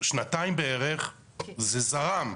שנתיים בערך זה זרם.